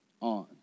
on